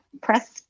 press